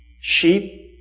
sheep